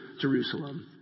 Jerusalem